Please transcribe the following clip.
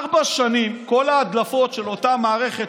ארבע שנים כל ההדלפות של אותה מערכת,